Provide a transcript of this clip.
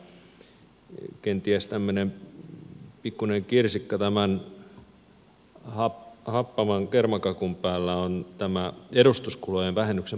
kenties tämmöinen pikkuinen kirsikka tämän happaman kermakakun päällä on edustuskulujen vähennyksen poisto